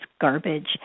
garbage